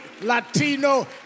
Latino